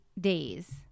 days